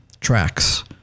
tracks